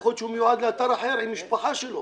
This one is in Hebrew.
יכול להיות שהוא מיועד לאתר אחר עם משפחה שלו.